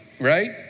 right